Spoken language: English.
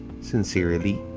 Sincerely